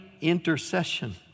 intercession